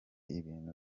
ibintu